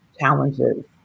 challenges